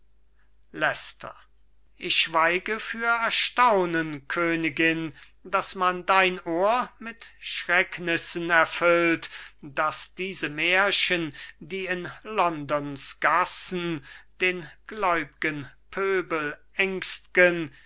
leicester ich schweige für erstaunen königin daß man dein ohr mit schrecknissen erfüllt daß diese märchen die in londons gassen den gläub'gen pöbel